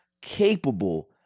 capable